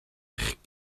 eich